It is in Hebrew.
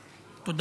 ורע"ם.